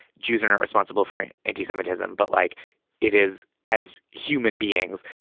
jews are not responsible for anti-semitism, but like it is as human beings.